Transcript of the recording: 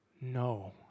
No